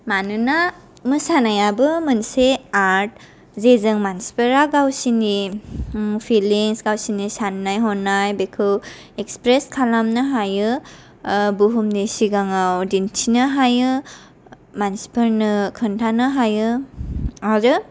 मानोना मोसानायाबो मोनसे आर्ट जेजों मानसिफोरा गावसिनि फिलिंस गावसिनि साननाय हनाय बेखौ एक्सप्रेस खालानो हायो बुहुमनि सिगाङाव दिन्थिनो हायो मानसिफोरनो खिन्थानो हायो आरो